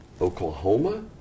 Oklahoma